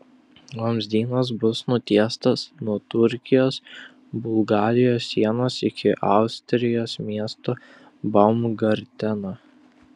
vamzdynas bus nutiestas nuo turkijos bulgarijos sienos iki austrijos miesto baumgarteno